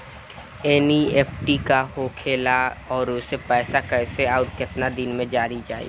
NEFT का होखेला और ओसे पैसा कैसे आउर केतना दिन मे जायी?